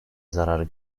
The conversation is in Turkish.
zarar